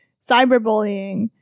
cyberbullying